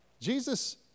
Jesus